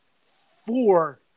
four